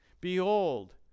Behold